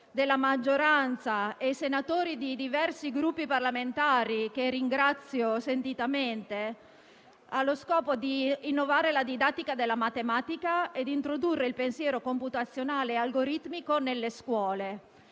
della maggioranza e da senatori di diversi Gruppi parlamentari, che ringrazio sentitamente, ha lo scopo di innovare la didattica della matematica e di introdurre il pensiero computazionale e algoritmico nelle scuole,